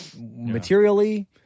materially